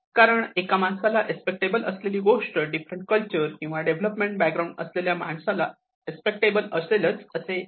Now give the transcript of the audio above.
कारण एका माणसाला एक्सेप्टटेबल असलेली गोष्ट डिफरंट कल्चर किंवा डेव्हलपमेंट बॅकग्राऊंड असलेल्या माणसाला एक्सेप्टटेबल असेलच असे नाही